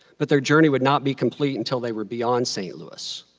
but their journey would not be complete until they were beyond st. louis.